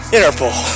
Interpol